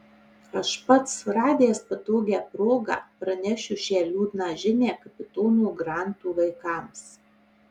aš pats radęs patogią progą pranešiu šią liūdną žinią kapitono granto vaikams